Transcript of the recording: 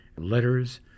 letters